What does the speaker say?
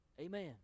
Amen